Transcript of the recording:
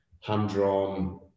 hand-drawn